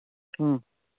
ꯎꯝ